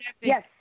Yes